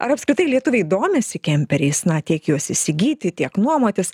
ar apskritai lietuviai domisi kemperiais na tiek juos įsigyti tiek nuomotis